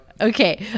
Okay